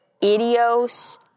Idios